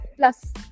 plus